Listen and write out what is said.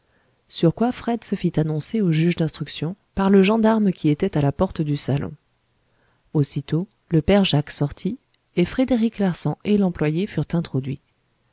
sur quoi fred se fit annoncer au juge d'instruction par le gendarme qui était à la porte du salon aussitôt le père jacques sortit et frédéric larsan et l'employé furent introduits